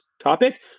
topic